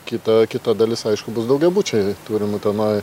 kita kita dalis aišku bus daugiabučiai turim utenoj